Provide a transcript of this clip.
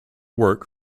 work